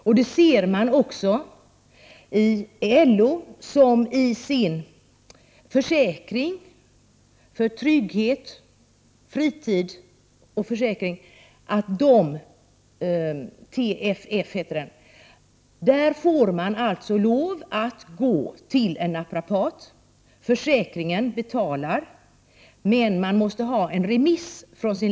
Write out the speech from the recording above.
LO har också i sin trygghets och fritidsförsäkring, TFF, inskrivit att man får lov att gå till en naprapat. Prot. 1988/89:121 Försäkringen betalar, men man måste ha en remiss från läkare.